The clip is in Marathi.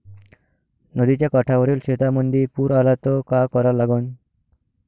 नदीच्या काठावरील शेतीमंदी पूर आला त का करा लागन?